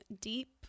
deep